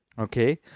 Okay